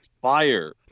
fire